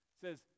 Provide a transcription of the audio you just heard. says